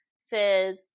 says